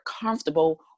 comfortable